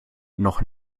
noch